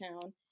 town